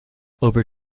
over